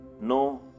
no